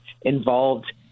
involved